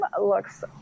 looks